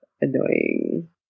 Annoying